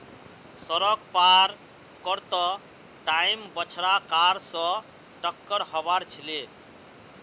सड़क पार कर त टाइम बछड़ा कार स टककर हबार छिले